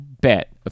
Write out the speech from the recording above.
bet